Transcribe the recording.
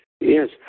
Yes